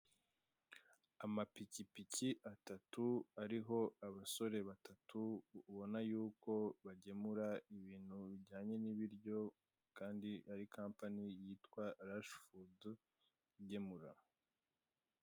Amapikipiki atatu ariho abasore batatu ubonayuko bagemura ibintu bijyanye n'ibiryo kandi ari kapani yitwa RUSH FOOD igemura.